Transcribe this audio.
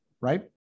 right